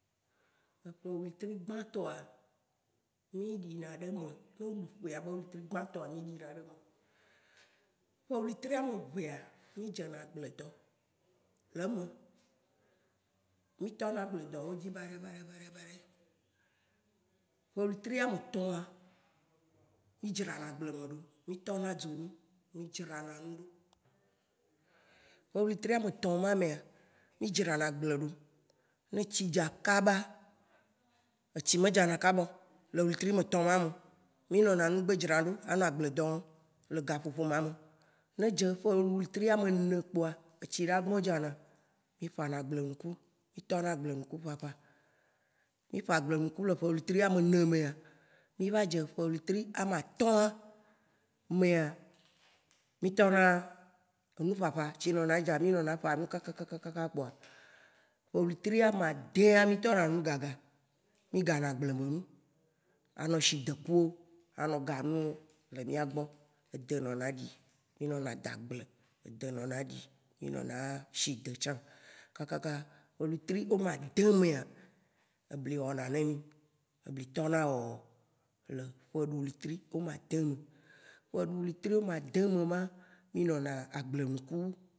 Eƒe wetri gbãtɔ, mí dona ɖe eme. Né o ɖu ƒea, bé wétri gbãtɔa, mi ɖina demè. Ƒe wétri amvea, mí dzena agblé ɖɔ lé emɛ. Mi tɔna agblédɔwo dzi baɖɛbaɖɛbaɖɛbaɖɛ. Eƒe wétri amétɔ̃a, mi dzrana agbléme ɖo. Mi tɔna dzo nu. Mi dzrana nu ɖo. Ƒe wétri ametɔ̃ ma méa, mi dzrana aglé ɖo. Né tsi dza kaba, étsi me dzana kabao le wétri metɔ̃ ma meo. Mi nɔna ŋugbe draɖo, anɔ agbledɔ wɔ lé gaƒoƒo mame. Né dzé ƒéɖu wétri amenè kpoa, étsi la gbõ dzana. Mi Ĉna agblénuku. Mi tɔna agblénuku ĈĈ. Mi ċ agblénuku le wétri amenè méa, mi va dze ƒe wétri amatɔ̃a méa, mi tɔna enu ċċ. Etsi nɔna dza. Mi mi nɔna ċnu kakakakaka kpoa, Ď wétri amadĩa, mi tɔna nu gagã. Mi gana agbléme nu. A nɔ shi dékuwo, anɔ ganuwo le mia gbɔ. Edé nɔna ɖi, mi nɔna dagble edé nɔna ɖi, mi nɔna shi dé tsã kakaka, ƒe wétri omadĩ méa, ebli wɔna nɛ mi. Ebli tɔna wɔwɔ le ƒeɖu wétri omadĩ nu. ƒéɖu wétri omadĩmema, mi nɔna agblé nuku